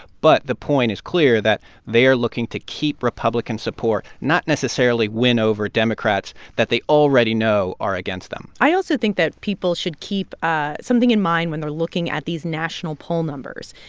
but the point is clear that they are looking to keep republican support not necessarily win over democrats that they already know are against them i also think that people should keep ah something in mind when they're looking at these national poll numbers.